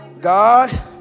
God